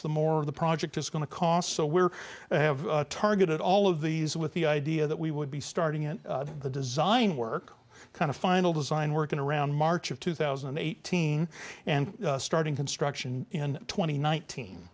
out the more the project is going to cost so we're have targeted all of these with the idea that we would be starting in the design work kind of final design work in around march of two thousand and eighteen and starting construction in twenty nineteen